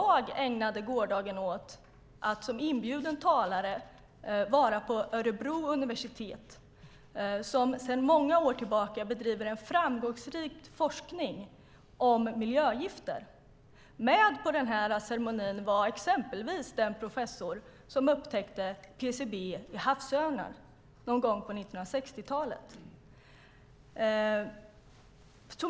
Jag ägnade gårdagen åt att som inbjuden talare vara på Örebro universitet. Där bedriver man sedan många år en framgångsrik forskning om miljögifter. Med på ceremonin var exempelvis den professor som upptäckte PCB i havsörnar någon gång på 1960-talet.